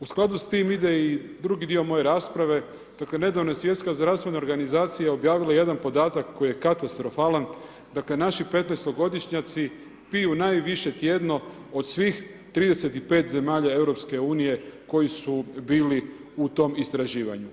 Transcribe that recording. U skladu s time ide i drugi dio moje rasprave, dakle nedavno je Svjetska zdravstvena organizacija objavila jedan podatak koji je katastrofalan, dakle naši petnaestogodišnjaci piju najviše tjedno od svih 35 zemalja EU-a koji su bili u tom istraživanju.